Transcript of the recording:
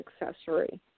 accessory